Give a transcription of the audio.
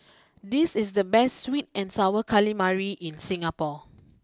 this is the best sweet and Sour Calamari in Singapore